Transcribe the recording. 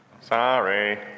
Sorry